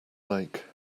lake